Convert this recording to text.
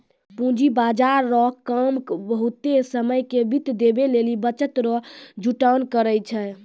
पूंजी बाजार रो काम बहुते समय के वित्त देवै लेली बचत रो जुटान करै छै